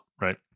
right